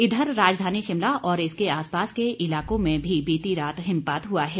इधर राजधानी शिमला और इसके आसपास के इलाकों में भी बीती रात हिमपात हुआ है